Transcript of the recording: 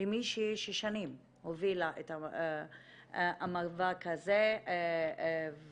למישהי ששנים הובילה את המאבק הזה והיא